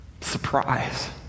surprise